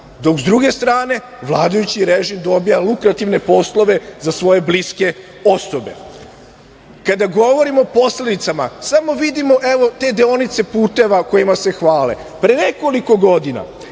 dok sa druge strane vladajući režim dobija lukrativne poslove za svoje bliske osobe. Kada govorimo o posledicama, samo vidimo, evo, te deonice puteva kojima se hvale. Pre nekoliko godina,